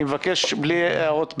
אני מבקש בלי הערות ביניים.